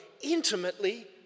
intimately